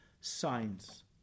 signs